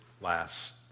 last